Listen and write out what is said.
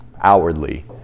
outwardly